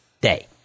day